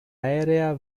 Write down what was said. aerea